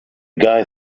guy